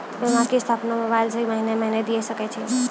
बीमा किस्त अपनो मोबाइल से महीने महीने दिए सकय छियै?